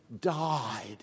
died